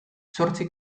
zortzi